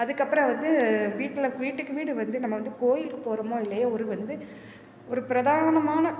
அதுக்கப்பறம் வந்து வீட்டில வீட்டுக்கு வீடு வந்து நம்ம வந்து கோயிலுக்கு போகிறோமோ இல்லையோ ஒரு வந்து ஒரு பிரதானமான